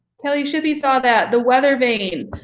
kelly shippey saw that, the weather vane,